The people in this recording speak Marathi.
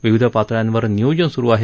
विविध पातळ्यांवर नियोजन स्रु आहे